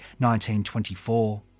1924